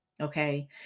Okay